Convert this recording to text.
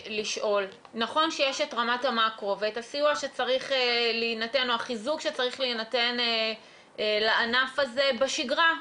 נכון שיש את רמת המקרו ואת החיזוק שצריך להינתן בענף הזה בשגרה,